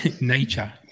nature